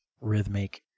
rhythmic